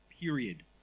period